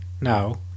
No